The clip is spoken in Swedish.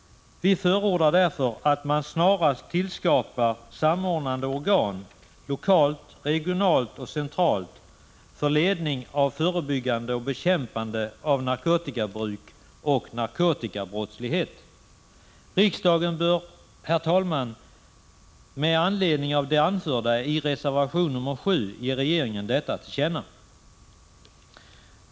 Vi förordar därför att man snarast tillskapar samordnande organ, lokalt, regionalt och centralt, för ledning av förebyggande och bekämpande av narkotikabruk och narkotikabrottslighet. Riksdagen bör, herr talman, med anledning av det anförda i reservation 7 ge regeringen detta till känna.